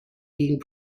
being